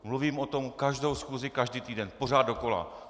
Mluvím o tom každou schůzi, každý týden, pořád dokola.